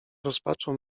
rozpaczą